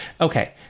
okay